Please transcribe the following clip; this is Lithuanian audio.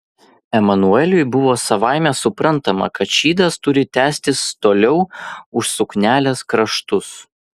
emanueliui buvo savaime suprantama kad šydas turi tęstis toliau už suknelės kraštus